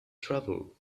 travel